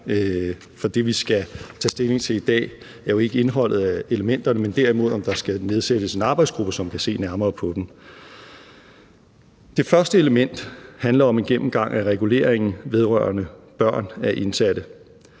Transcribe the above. for det, vi skal tage stilling til i dag, er jo ikke indholdet af elementerne, men derimod om der skal nedsættes en arbejdsgruppe, som kan se nærmere på dem. Det første element handler om en gennemgang af reguleringen vedrørende børn af indsatte.